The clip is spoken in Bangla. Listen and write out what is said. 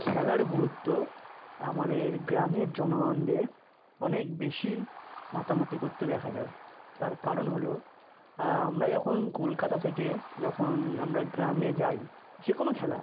খেলার গুরুত্ব আমাদের গ্রামের জনগণদের অনেক বেশি মাতামাতি করতে দেখা যায় তার কারণ হলো আমরা যখন কলকাতা থেকে যখন আমরা গ্রামে যাই যে কোনো খেলা